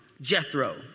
Jethro